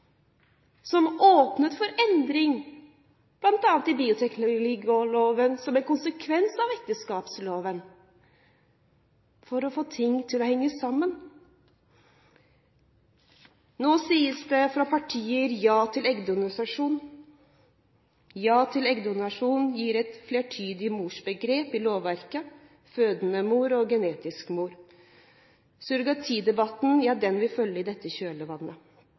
som åpnet for endring bl.a. i bioteknologiloven som en konsekvens av ekteskapsloven for å få ting til å henge sammen. Nå sies det fra partier ja til eggdonasjon. Ja til eggdonasjon gir et flertydig morsbegrep i lovverket – fødende mor og genetisk mor. Surrogatidebatten vil følge i dette